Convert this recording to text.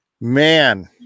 Man